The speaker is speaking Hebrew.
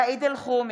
סעיד אלחרומי,